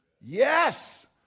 Yes